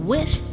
Wish